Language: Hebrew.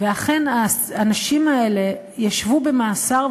ואכן האנשים האלה ישבו במאסר,